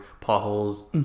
potholes